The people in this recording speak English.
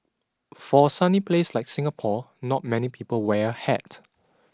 for a sunny place like Singapore not many people wear a hat